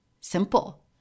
simple